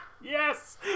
Yes